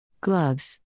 Gloves